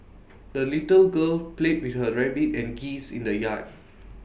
the little girl played with her rabbit and geese in the yard